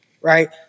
right